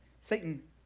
Satan